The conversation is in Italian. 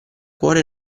cuore